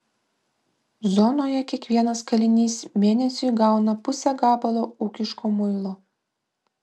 zonoje kiekvienas kalinys mėnesiui gauna pusę gabalo ūkiško muilo